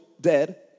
dead